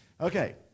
Okay